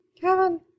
kevin